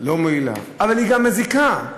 אבל היא גם מזיקה,